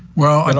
well, and